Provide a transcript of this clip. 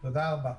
תודה רבה.